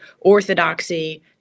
orthodoxy